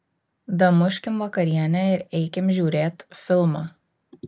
damuškim vakarienę ir eikim žiūrėt filmo